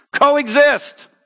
Coexist